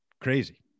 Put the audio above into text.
crazy